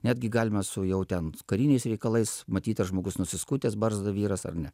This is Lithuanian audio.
netgi galima su jau ten kariniais reikalais matytas žmogus nusiskutęs barzdą vyras ar ne